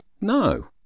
no